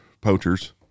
poachers